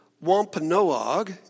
Wampanoag